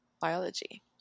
biology